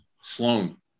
Sloan